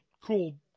cool